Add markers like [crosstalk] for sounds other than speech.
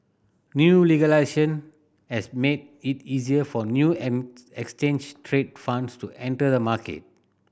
new [unintelligible] has made it easier for new [unintelligible] exchange traded funds to enter the market